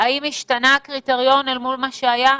האם השתנה הקריטריון אל מול מה שהיה?